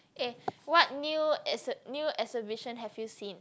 eh what new exhi~ new exhibition have you seen